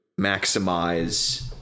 maximize